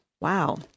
Wow